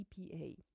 EPA